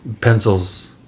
pencils